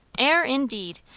air, indeed!